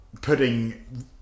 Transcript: putting